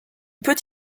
peut